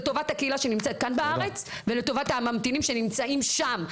לטובת הקהילה שנמצאת כאן בארץ ולטובת הממתינים שנמצאים שם.